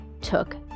took